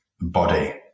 body